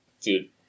dude